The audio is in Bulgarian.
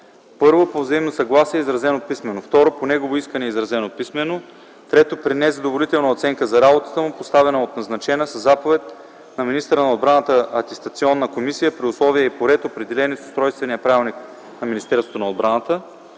1. по взаимно съгласие, изразено писмено; 2. по негово искане, изразено писмено; 3. при незадоволителна оценка за работата му, поставена от назначена със заповед на министъра на отбраната атестационна комисия при условия и по ред, определени с Устройствения правилник на Министерството на отбраната;